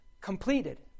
completed